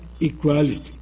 equality